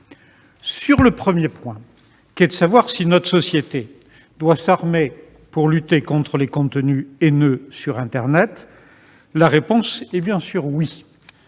du premier point, qui est de savoir si notre société doit s'armer pour lutter contre les contenus haineux sur internet, la réponse est bien sûr